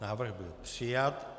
Návrh byl přijat.